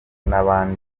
n’abandi